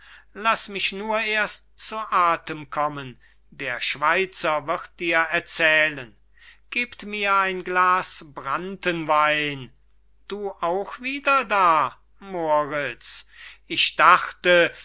laß mich nur erst zu athem kommen der schweizer wird dir erzählen gebt mir ein glas brandtenwein du auch wieder da moriz ich dachte